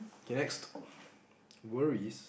okay next worries